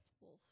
wolf